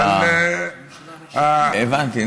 אה, הבנתי.